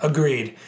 Agreed